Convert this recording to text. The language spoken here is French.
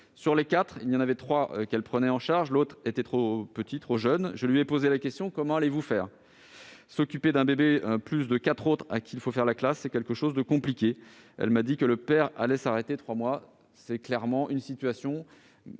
Sur les quatre, il y en avait trois qu'elle prenait en charge, l'autre était trop jeune. Je lui ai posé la question :" Comment allez-vous faire ?" S'occuper d'un bébé plus de quatre autres à qui il faut faire la classe, c'est quelque chose de compliqué. Elle m'a dit que le père allait s'arrêter trois mois. » Même si